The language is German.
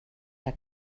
für